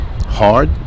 hard